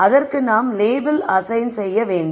அதற்கு நாம் label assign செய்ய வேண்டும்